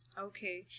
Okay